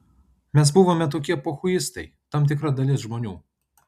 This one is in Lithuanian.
mes buvome tokie pochuistai tam tikra dalis žmonių